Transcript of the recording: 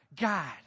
God